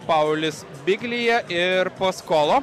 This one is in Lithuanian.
paulius biglija ir poskolo